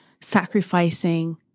sacrificing